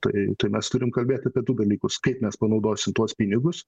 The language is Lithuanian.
tai tai mes turim kalbėt apie du dalykus kaip mes panaudosim tuos pinigus